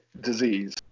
disease